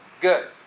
good